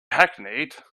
hackneyed